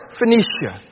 Phoenicia